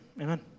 amen